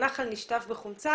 הנחל נשטף בחומצה